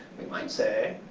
we might say,